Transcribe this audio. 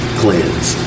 cleanse